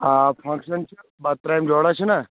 آ فنگشن چھِ بَتہٕ ترٛامہِ جورہ چھِ نا